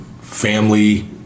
family